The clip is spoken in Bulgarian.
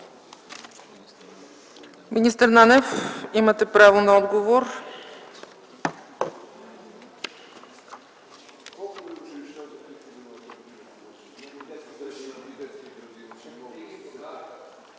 Министър Нанев, имате думата за отговор.